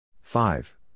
Five